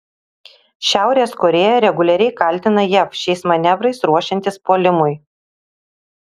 šiaurės korėja reguliariai kaltina jav šiais manevrais ruošiantis puolimui